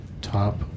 top